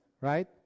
right